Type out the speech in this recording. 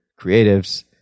creatives